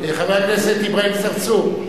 חבר הכנסת אברהים צרצור,